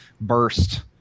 burst